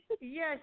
Yes